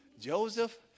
Joseph